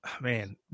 Man